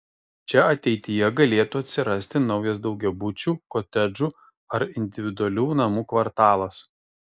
čia ateityje galėtų atsirasti naujas daugiabučių kotedžų ar individualių namų kvartalas